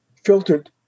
filtered